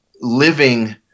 living